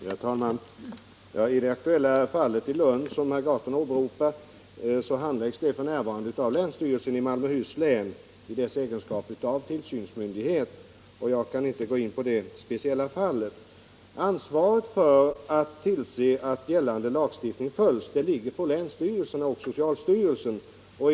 Herr talman! Det aktuella fall i Lund som herr Gahrton åberopar handläggs f. n. av länsstyrelsen i Malmöhus län i dess egenskap av tillsynsmyndighet. Jag kan inte gå in på det speciella fallet. Ansvaret för att tillse att gällande lagstiftning följs ligger på länsstyrelserna och socialstyrelsen.